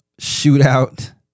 shootout